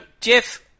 Jeff